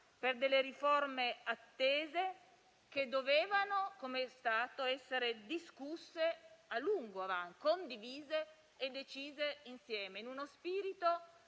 per alcune riforme attese che dovevano - come è stato - essere discusse a lungo, condivise e decise insieme, in uno spirito